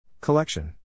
Collection